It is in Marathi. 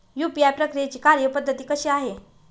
यू.पी.आय प्रक्रियेची कार्यपद्धती कशी आहे?